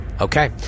Okay